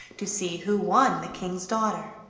to see who won the king's daughter.